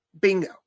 bingo